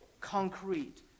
concrete